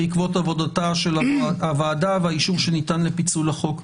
בעקבות עבודתה של הוועדה והאישור שניתן לפיצול החוק.